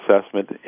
assessment